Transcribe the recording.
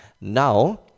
Now